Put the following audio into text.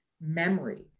memory